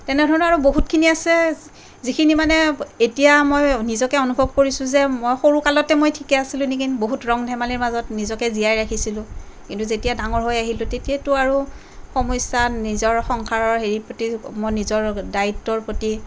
তেনেধৰণৰ আৰু বহুতখিনি আছে যিখিনি মানে এতিয়া মই নিজকে অনুভৱ কৰিছোঁ যে মই সৰুকালতে মই ঠিকেই আছিলোঁ নেকি বহুত ৰং ধেমালিৰ মাজত নিজকে জীয়াই ৰাখিছিলোঁ কিন্তু যেতিয়া ডাঙৰ হৈ আহিলো তেতিয়াটো আৰু সমস্যা নিজৰ সংসাৰৰ হেৰিৰ প্ৰতি মই নিজৰ দ্বায়িত্বৰ প্ৰতি